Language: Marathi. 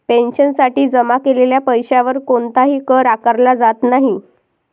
पेन्शनसाठी जमा केलेल्या पैशावर कोणताही कर आकारला जात नाही